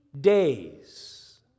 days